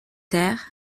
terres